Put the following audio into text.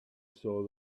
saw